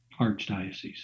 archdiocese